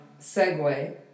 segue